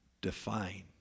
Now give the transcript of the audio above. define